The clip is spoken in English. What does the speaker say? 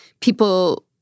people